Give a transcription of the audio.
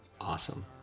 awesome